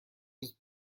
was